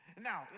Now